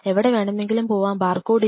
എവിടെ വേണമെങ്കിലും പോവാം ബാർകോഡ് ഇല്ല